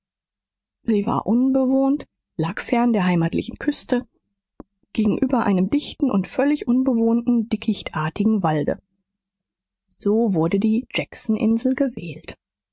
sie war unbewohnt lag fern der heimatlichen küste gegenüber einem dichten und völlig unbewohnten dickichtartigen walde so wurde die jackson insel gewählt